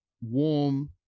warm